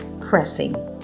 pressing